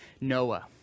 Noah